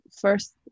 First